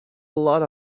lot